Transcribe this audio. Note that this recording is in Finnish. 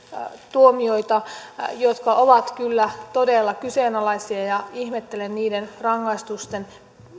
tuomioita jotka ovat kyllä todella kyseenalaisia ja ihmettelen niiden rangaistusten